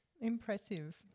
Impressive